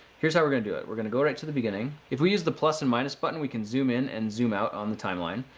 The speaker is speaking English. here's how we're going to do it, we're going to go right to the beginning, if we use the plus and minus button, we can zoom in and zoom out on the timeline.